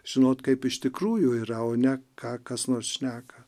žinot kaip iš tikrųjų yra ne ką kas nors šneka